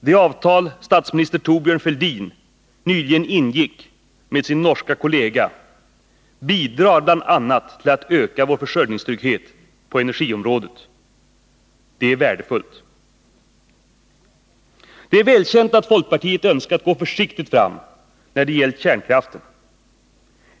Det avtal statsministern Thorbjörn Fälldin nyligen ingick med sin norska kollega bidrar bl.a. till att öka vår försörjningstrygghet på energiområdet. Det är värdefullt. Det är välkänt att folkpartiet önskat gå försiktigt fram när det gällt kärnkraften.